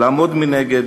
לעמוד מנגד,